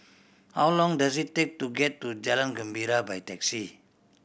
how long does it take to get to Jalan Gembira by taxi